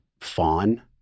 fawn